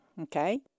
Okay